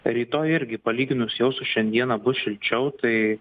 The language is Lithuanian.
rytoj irgi palyginus jau su šiandieną bus šilčiau tai